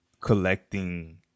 collecting